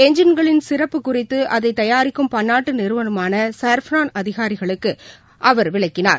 எஞ்ஜின்களின் சிறப்பு குறித்து அதை தயாரிக்கும் பன்னாட்டு நிறுவனமான சாஃப்ரன் அதிகாரிகள் அவருக்கு விளக்கினார்